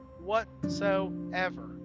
whatsoever